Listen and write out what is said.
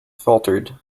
faltered